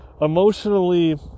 emotionally